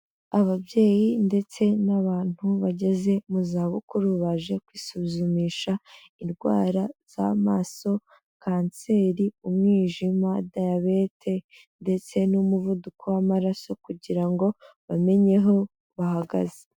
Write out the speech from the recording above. Ababyeyi ndetse n'abantu bageze mu zabukuru, baje kwisuzumisha indwara z'amaso, kanseri, umwijima, dayabete, ndetse n'umuvuduko w'amaraso, kugira ngo bamenye aho bahagaze.